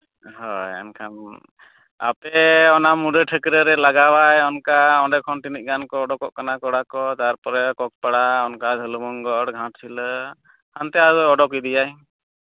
ᱦᱳᱭ ᱮᱱᱠᱷᱟᱱ ᱟᱯᱮ ᱚᱱᱟ ᱢᱩᱰᱟᱹ ᱴᱷᱟᱹᱠᱨᱟᱹ ᱨᱮ ᱞᱟᱜᱟᱣ ᱟᱭ ᱚᱱᱠᱟ ᱚᱸᱰᱮ ᱠᱷᱚᱱ ᱛᱤᱱᱟᱹᱜ ᱜᱟᱱᱚ ᱠᱚ ᱚᱰᱳ ᱠᱚᱜ ᱠᱟᱱᱟ ᱠᱚ ᱠᱚᱲᱟ ᱠᱚ ᱛᱟᱨᱯᱚᱨᱮ ᱠᱚᱠ ᱯᱟᱲᱟ ᱚᱱᱠᱟ ᱫᱷᱚᱞᱵᱷᱩᱢᱜᱚᱲ ᱜᱷᱟᱴᱥᱤᱞᱟᱹ ᱦᱟᱱᱛᱮ ᱟᱫᱚ ᱚᱰᱳᱠ ᱤᱫᱤᱭᱟᱭ